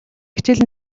хичээл